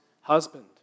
husband